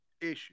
issue